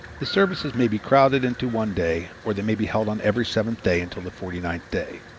the services may be crowded into one day or they may be held on every seventh day until the forty-ninth day,